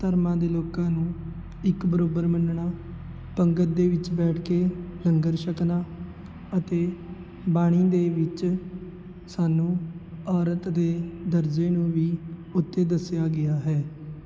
ਧਰਮਾਂ ਦੇ ਲੋਕਾਂ ਨੂੰ ਇੱਕ ਬਰਾਬਰ ਮੰਨਣਾ ਪੰਗਤ ਦੇ ਵਿੱਚ ਬੈਠ ਕੇ ਲੰਗਰ ਛਕਣਾ ਅਤੇ ਬਾਣੀ ਦੇ ਵਿੱਚ ਸਾਨੂੰ ਔਰਤ ਦੇ ਦਰਜੇ ਨੂੰ ਵੀ ਉੱਤੇ ਦੱਸਿਆ ਗਿਆ ਹੈ